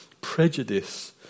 prejudice